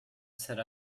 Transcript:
set